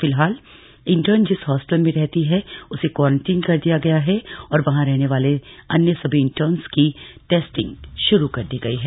फिलहाल इंटर्न जिस हॉस्टल में रहती थी उसे क्वारंटाइन कर दिया गया है और वहां रहने वाले अन्य सभी इंटर्नर्स की टेस्टिंग श्रू कर दी गई है